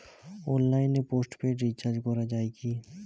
অনলাইনে postpaid recharge করা যায় কি?